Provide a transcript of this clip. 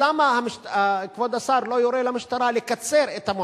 למה כבוד השר לא יורה למשטרה לקצר את הזמן